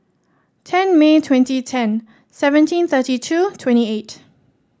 ten May twenty ten seventeen thirty two twenty eight